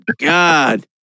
God